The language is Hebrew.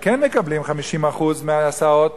שכן מקבלים 50% מההסעות,